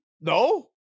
No